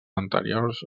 anteriors